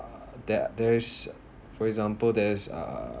uh that that is for example that is uh